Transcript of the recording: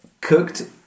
cooked